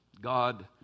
God